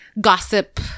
gossip